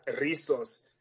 resource